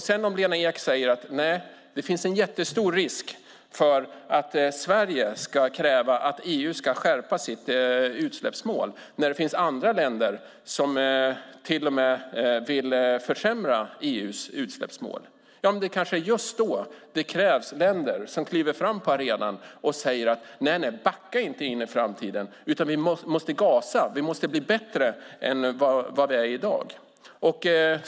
Sedan säger Lena Ek att det finns en jättestor risk med att Sverige ska kräva att EU skärper sitt utsläppsmål när det finns andra länder som till och med vill försämra EU:s utsläppsmål. Men det kanske är just då det krävs länder som kliver fram på arenan och säger: Nej, backa inte in i framtiden! Vi måste gasa. Vi måste bli bättre än vi är i dag.